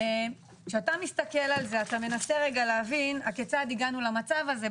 כשאתה מסתכל על זה אתה מנסה להבין הכיצד הגענו למצב הזה.